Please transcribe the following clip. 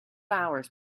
hours